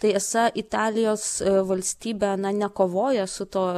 tai esą italijos valstybė na nekovoja su to